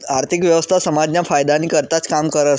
आर्थिक व्यवस्था समाजना फायदानी करताच काम करस